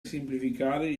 semplificare